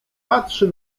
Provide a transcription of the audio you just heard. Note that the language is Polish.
patrzy